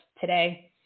today